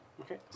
Okay